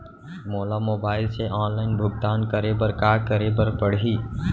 मोला मोबाइल से ऑनलाइन भुगतान करे बर का करे बर पड़ही?